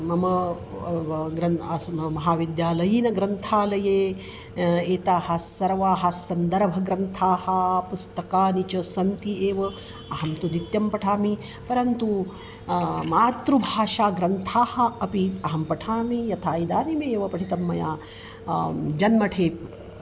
मम महाविद्यालयीयग्रन्थालये एताः सर्वाः सन्दर्भग्रन्थाः पुस्तकानि च सन्ति एव अहं तु नित्यं पठामि परन्तु मातृभाषाग्रन्थान् अपि अहं पठामि यथा इदानीमेव पठितं मया जन्मठेप्